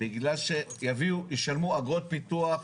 בגלל שישלמו אגרות פיתוח,